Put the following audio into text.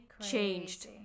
changed